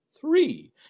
Three